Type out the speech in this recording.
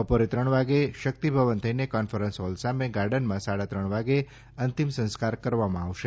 બપોરે ત્રણ વાગે શક્તિભવન થઇને કોન્ફરન્સ હોલ સામે ગાર્ડનમાં સાડા ત્રણ વાગે અંતિમ સંસ્કાર કરવામાં આવશે